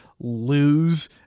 lose